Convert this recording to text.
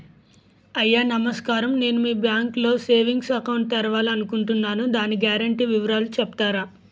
అయ్యా నమస్కారం నేను మీ బ్యాంక్ లో సేవింగ్స్ అకౌంట్ తెరవాలి అనుకుంటున్నాను దాని గ్యారంటీ వివరాలు చెప్తారా?